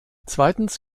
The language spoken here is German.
zweitens